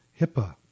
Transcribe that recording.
HIPAA